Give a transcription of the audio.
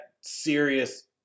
serious